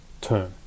term